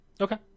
Okay